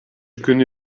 күнү